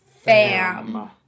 Fam